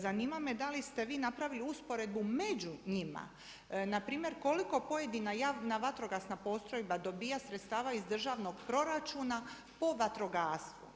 Zanima me, da li ste vi napravili usporedbu među njima, npr. koliko pojedina javna vatrogasna postrojba dobiva sredstava iz državnog proračuna po vatrogascu?